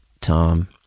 Tom